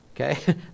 Okay